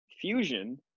fusion